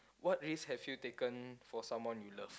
what risks have you taken for someone you love